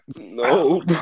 No